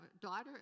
daughter